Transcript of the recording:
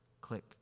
click